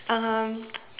um